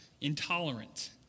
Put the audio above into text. intolerant